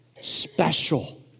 special